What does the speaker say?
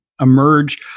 emerge